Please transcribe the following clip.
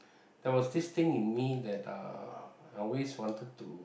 there was this thing in me that uh I always wanted to